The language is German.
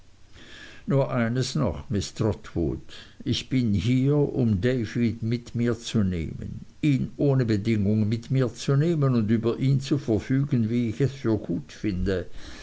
nur noch eines miß trotwood ich bin hier um david mit mir zu nehmen ihn ohne bedingung mit mir zu nehmen und über ihn zu verfügen wie ich es für gut finde